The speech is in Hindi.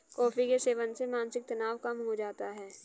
कॉफी के सेवन से मानसिक तनाव कम हो जाता है